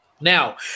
Now